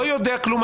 לא יודע כלום,